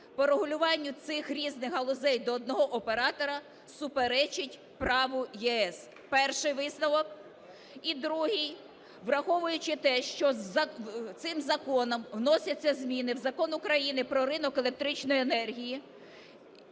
по регулюванню цих різних галузей до одного оператора суперечить праву ЄС. Перший висновок. І другий. Враховуючи те, що цим законом вносяться зміни в Закон України "Про ринок електричної енергії",